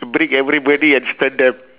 break everybody and spend there